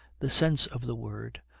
the sense of the word,